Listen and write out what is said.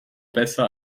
besser